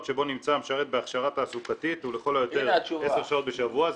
שבו נמצא המשרת בהכשרה תעסוקתית ולכל היותר עשר שעות בשבוע'.